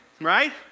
Right